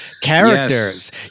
characters